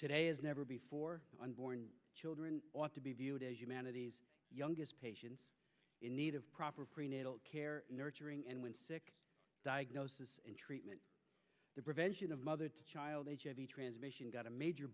today is never before unborn children ought to be viewed as humanity's youngest patients in need of proper prenatal care nurturing and when sick diagnosis and treatment the prevention of mother to child transmission got a major